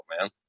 man